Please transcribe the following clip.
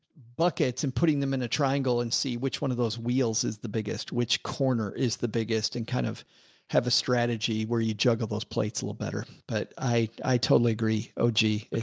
buckets and putting them in a triangle and see which one of those wheels is the biggest, which corner is the biggest and kind of have a strategy where you juggle those plates a little better, but i totally agree. oh, gee,